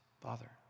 Father